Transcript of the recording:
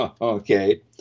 Okay